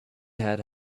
had